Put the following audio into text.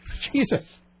Jesus